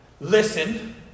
Listen